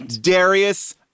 Darius